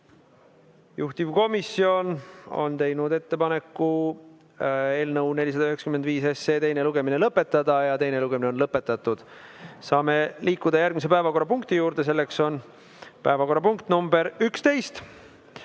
Juhtivkomisjon on teinud ettepaneku eelnõu 495 teine lugemine lõpetada. Teine lugemine on lõpetatud. Saame liikuda järgmise päevakorrapunkti juurde, see on päevakorrapunkt nr 11.